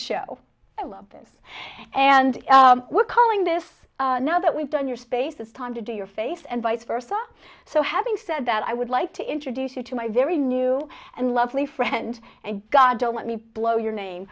show i love this and we're calling this now that we've done your space this time to do your face and vice versa so having said that i would like to introduce you to my very new and lovely friend and god don't let me blow your name